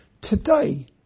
today